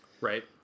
Right